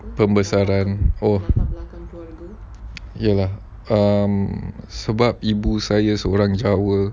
pembesaran apa ya lah um sebab ibu saya seorang jawa